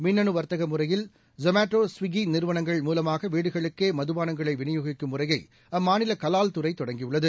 மின்னு வர்த்தக முறையில் சொமட்டோ சுவிக்கி நிறுவனங்கள் மூலமாக வீடுகளுக்கே மதுபானங்களை விநியோகிக்கும் முறையை அம்மாநில கவால்துறை தொடங்கியுள்ளது